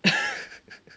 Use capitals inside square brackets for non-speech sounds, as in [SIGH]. [LAUGHS]